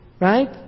Right